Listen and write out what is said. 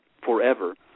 forever